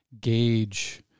gauge